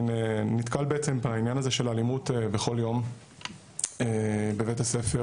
אני נתקל בעצם בעניין הזה של אלימות בכל יום בבית הספר,